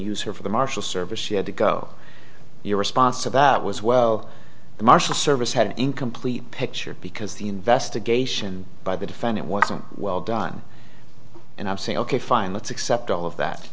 use her for the marshal service she had to go your response to that was well the marshal service had an incomplete picture because the investigation by the defendant wasn't well done and i'm saying ok fine let's accept all of that